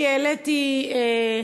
אני העליתי היום